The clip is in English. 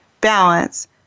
balance